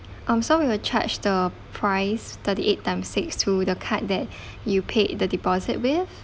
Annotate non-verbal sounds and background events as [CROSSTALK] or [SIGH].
um so we will charge the price thirty eight times six to the card that [BREATH] you paid the deposit with